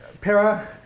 Para